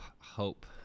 hope